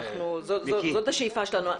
זאת השאיפה שלנו.